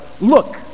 Look